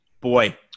boy